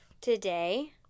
Today